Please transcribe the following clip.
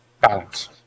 Balance